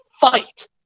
fight